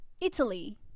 Italy